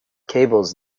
cables